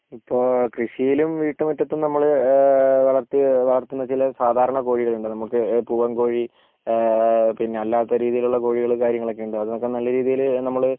ഇപ്പോൾ കൃഷിയിലും വീട്ടു മുറ്റത്തും നമ്മൾ വളർത്തിയ വളർത്തുന്ന ചില സാധാരണ കോഴികളുണ്ട് നമുക്ക് പൂവൻകോഴി പിന്നെ അല്ലാത്ത രീതിയിലുള്ള കോഴികൾ കാര്യങ്ങളൊക്കെയുണ്ട് അതിനൊക്കെ നമ്മൾ നല്ല രീതിയിൽ നമ്മൾ